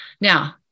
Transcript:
Now